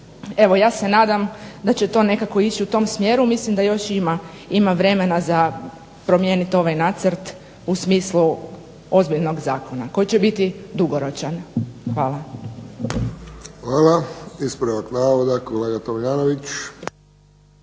Evo ja se nadam da će to nekako ići u tom smjeru. Mislim da još ima vremena za promijeniti ovaj nacrt u smislu ozbiljnog zakona koji će biti dugoročan. Hvala. **Friščić, Josip (HSS)** Hvala. Ispravak navoda kolega Tomljanović.